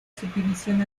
subdivisión